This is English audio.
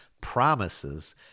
promises